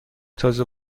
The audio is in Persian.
تازه